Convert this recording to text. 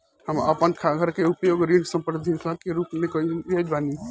हम अपन घर के उपयोग ऋण संपार्श्विक के रूप में कईले बानी